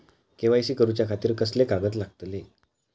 KYC करूच्या खातिर कसले कागद लागतले?